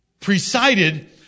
presided